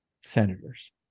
senators